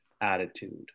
attitude